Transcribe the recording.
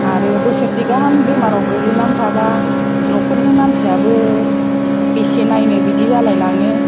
आरो बोसोरसे गाहाम बेमाराव गोग्लैनानै थाबा न'खरनि मानसियाबो बेसे नायनो बिदि जालायलाङो